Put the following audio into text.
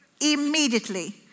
Immediately